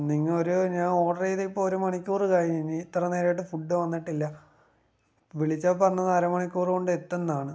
അപ്പോൾ നിങ്ങൾ ഒരു ഞാൻ ഓർഡർ ചെയ്തിട്ട് ഇപ്പോ ഒരു മണിക്കൂറ് കഴിഞ്ഞു ഇനി എത്ര നേരായിട്ടും ഫുഡ് വന്നിട്ടില്ല വിളിച്ചപ്പോൾ പറഞ്ഞത് അരമണിക്കൂറ് കൊണ്ടെത്തുംന്നാണ്